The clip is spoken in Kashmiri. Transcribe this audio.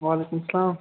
وعلیکُم السلام